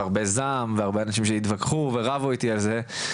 הרבה זעם והרבה אנשים שהתווכחו ורבו איתי על זה,